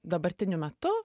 dabartiniu metu